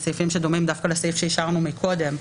הם סעיפים שדומים לסעיף שאישרנו קודם.